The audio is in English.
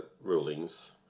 rulings